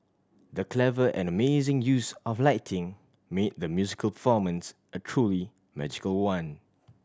the clever and amazing use of lighting made the musical formance a truly magical one